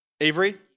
Avery